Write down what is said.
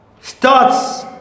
starts